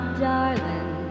darling